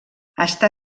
està